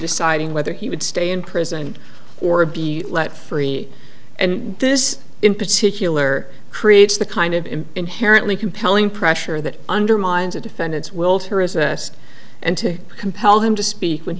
deciding whether he would stay in prison or be let free and this in particular creates the kind of in inherently compelling pressure that undermines a defendant's will to resist and to compel him to speak w